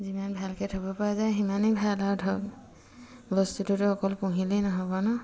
যিমান ভালকৈ থ'ব পৰা যায় সিমানেই ভাল আৰু ধৰক বস্তুটোতো অকল পুহিলেই নহ'ব নহ্